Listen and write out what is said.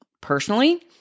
Personally